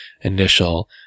initial